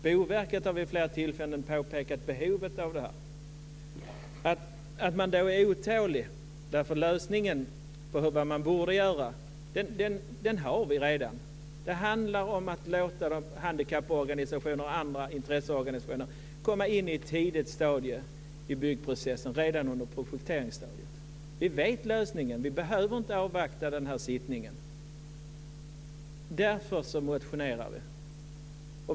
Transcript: Boverket har vid flera tillfällen påpekat behovet av detta. Man är otålig, därför att lösningen på vad som borde göras finns redan. Det handlar om att låta handikapporganisationerna och andra intresseorganisationer komma in på ett tidigt stadium under byggprocessen, dvs. redan under projekteringsstadiet. Vi vet lösningen. Vi behöver inte avvakta denna sittning. Därför motionerar vi.